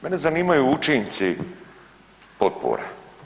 Mene zanimaju učinci potpora.